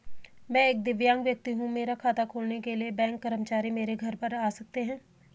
मैं एक दिव्यांग व्यक्ति हूँ मेरा खाता खोलने के लिए बैंक कर्मचारी मेरे घर पर आ सकते हैं?